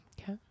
Okay